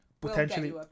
potentially